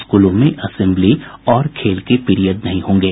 स्कूलों में असेम्बली और खेल के पीरियड नहीं होंगे